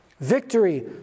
Victory